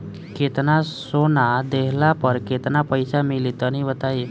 केतना सोना देहला पर केतना पईसा मिली तनि बताई?